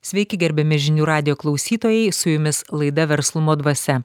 sveiki gerbiami žinių radijo klausytojai su jumis laida verslumo dvasia